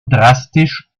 drastisch